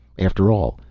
after all,